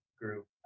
group